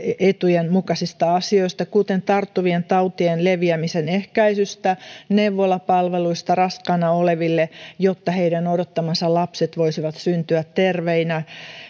etujen mukaisista asioista kuten tarttuvien tautien leviämisen ehkäisystä neuvolapalveluista raskaana oleville jotta heidän odottamansa lapset voisivat syntyä terveinä